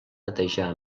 netejar